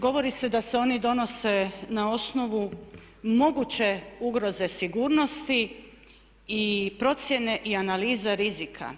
Govori se da se oni donose na osnovu moguće ugroze sigurnosti i procjene i analiza rizika.